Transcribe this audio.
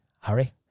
hurry